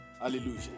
Hallelujah